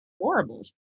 horrible